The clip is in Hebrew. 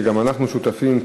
שגם אנחנו שותפים להם,